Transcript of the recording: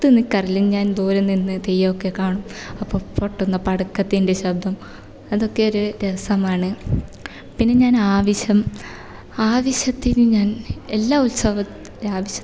അടുത്ത് നിൽക്കാറില്ല ഞാന് ദൂരെ നിന്ന് തെയ്യമൊക്കെ കാണും അപ്പോൾ പൊട്ടുന്ന പടക്കത്തിന്റെ ശബ്ദം അതൊക്കെ ഒരു രസമാണ് പിന്നെ ഞാൻ ആവശ്യം ആവശ്യത്തിനു ഞാൻ എല്ലാ ഉത്സവം ആവശ്യം